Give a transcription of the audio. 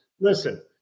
Listen